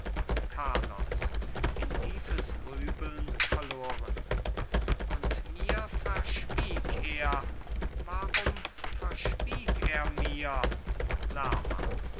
carlos in tiefes grübeln verloren und mir verschwieg er warum verschwieg er mir lerma